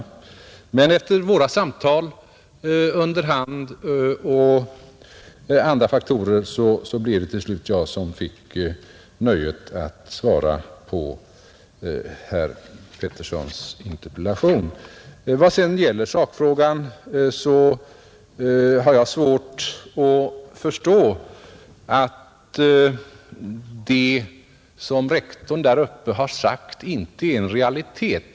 Men efter våra samtal under hand och med hänsyn till andra faktorer blev det till slut jag som fick nöjet att svara på herr Peterssons interpellation. Vad sedan gäller sakfrågan har jag svårt att förstå att vad rektor där uppe sagt inte är en realitet.